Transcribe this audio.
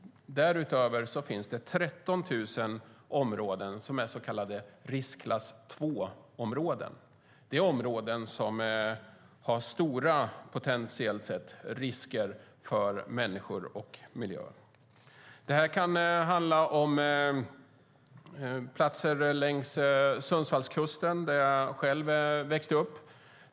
Därutöver finns det 13 000 så kallade riskklass 2-områden. Det är områden med stora potentiella risker för människor och miljö. Det kan handla om platser längs Sundsvallskusten, där jag växte upp.